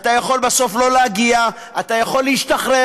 אתה יכול בסוף לא להגיע, אתה יכול להשתחרר,